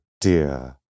dear